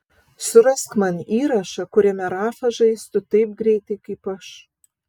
surask man įrašą kuriame rafa žaistų taip greitai kaip aš